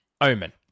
Omen